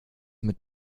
mit